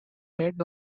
read